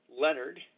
Leonard